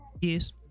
yes